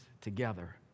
together